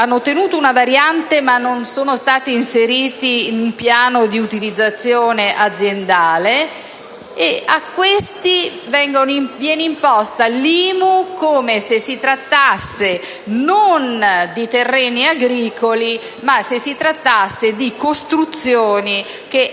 hanno ottenuto una variante, ma che non sono stati inseriti in un piano di utilizzazione aziendale. Ad essi viene imposta l'IMU come se si trattasse, non di terreni agricoli, ma di costruzioni che